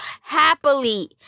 happily